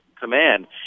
command